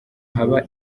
haba